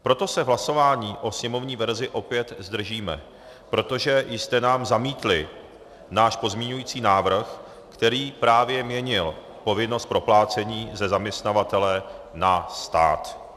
Proto se v hlasování o sněmovní verzi opět zdržíme, protože jste nám zamítli náš pozměňovací návrh, který právě měnil povinnost proplácení ze zaměstnavatele na stát.